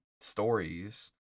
stories